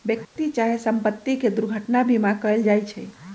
व्यक्ति चाहे संपत्ति के दुर्घटना बीमा कएल जाइ छइ